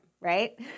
right